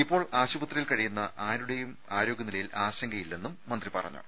ഇപ്പോൾ ആശുപത്രിയിൽ കഴിയുന്ന ആരുടെയും ആരോഗ്യനിലയിൽ ആശങ്കയില്ലെന്നും മന്ത്രി പറഞ്ഞു